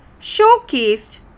showcased